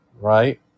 Right